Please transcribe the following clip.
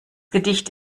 gedicht